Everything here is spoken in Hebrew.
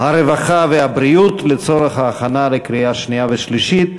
הרווחה והבריאות לצורך ההכנה לקריאה שנייה ושלישית.